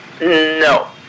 no